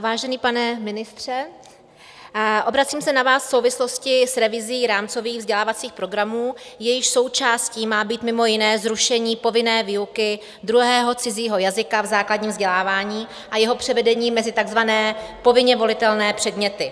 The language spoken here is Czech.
Vážený pane ministře, obracím se na vás v souvislosti s revizí rámcových vzdělávacích programů, jejichž součástí má být mimo jiné zrušení povinné výuky druhého cizího jazyka v základním vzdělávání a jeho převedení mezi takzvané povinně volitelné předměty.